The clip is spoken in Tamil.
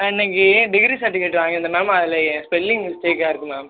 ஆ இன்னிக்கு டிகிரி சர்டிஃபிகட் வாங்கியிருந்தன் மேம் அதில் என் ஸ்பெல்லிங் மிஸ்டேக்காயிருக்கு மேம்